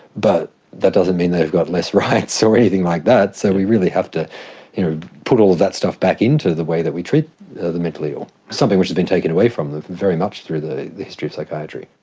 but that doesn't mean they've got less rights or anything like that, so we really have to put all that stuff back into the way that we treat the mentally ill, something which has been taken away from them very much through the the history of psychiatry.